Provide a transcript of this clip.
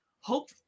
hope